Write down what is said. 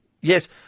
Yes